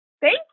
Thank